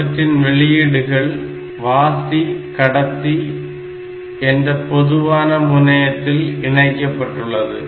இவற்றின் வெளியீடுகள் வாசி கடத்தி என்ற பொதுவான முனையத்தில் இணைக்கப்பட்டுள்ளது